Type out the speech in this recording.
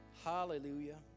Hallelujah